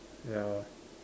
ya